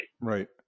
Right